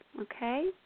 Okay